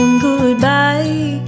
goodbye